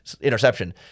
interception